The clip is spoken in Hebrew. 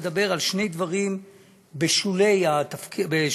לדבר על שני דברים בשולי הביקור.